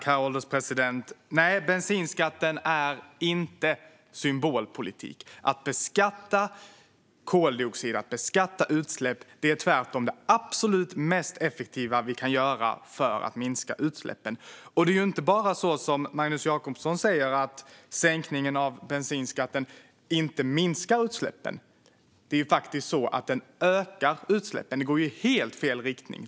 Herr ålderspresident! Nej, bensinskatten är inte symbolpolitik. Att beskatta koldioxid och beskatta utsläpp är tvärtom det absolut mest effektiva vi kan göra för att minska utsläppen. Det är ju inte heller så att sänkningen av bensinskatten bara inte minskar utsläppen, som Magnus Jacobsson säger, utan det är faktiskt så att den ökar utsläppen. Det går i helt fel riktning.